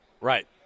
Right